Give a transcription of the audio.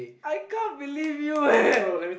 I can't believe you eh